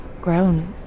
grown